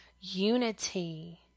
unity